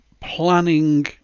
planning